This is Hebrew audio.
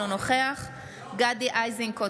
אינו נוכח גדי איזנקוט,